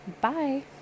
bye